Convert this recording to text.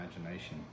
imagination